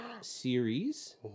series